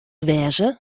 wêze